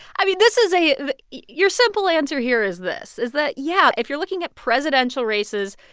um yeah this is a your simple answer here is this is that, yeah, if you're looking at presidential races,